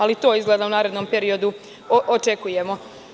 Ali, to izgleda u narednom periodu očekujemo.